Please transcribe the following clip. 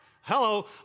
Hello